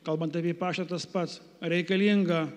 kalbant apie paštą tas pats reikalinga